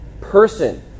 person